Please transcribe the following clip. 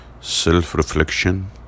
Self-reflection